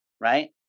right